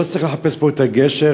לא צריך לחפש פה את הגשר,